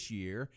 year